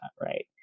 right